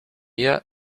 yet